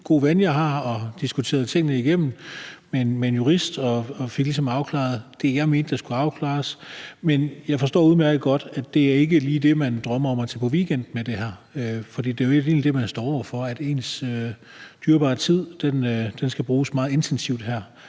god ven, jeg har, og fik diskuteret tingene igennem med en jurist og fik ligesom afklaret det, jeg mente, der skulle afklares. Men jeg forstår udmærket godt, at det her ikke er lige er det, man drømmer om at tage på weekend med, for det er jo i virkeligheden det, man står over for, nemlig at ens dyrebare tid skal bruges meget intensivt her.